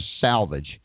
salvage